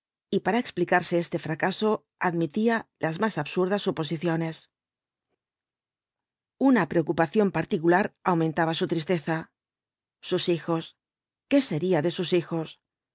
y para explicarse este fracaso admitía las más absurdas suposiciones una preocupación particular aumentaba su tristeza sus hijos qué sería de sus hijos